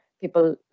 people